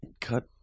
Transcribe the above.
Cut